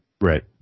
Right